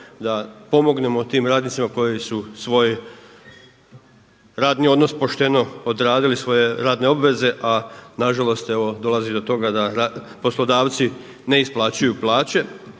da pomognemo tim radnicima koji su svoj radni odnos pošteno odradili svoje radne obveze, a na žalost evo dolazi do toga da poslodavci ne isplaćuju plaće.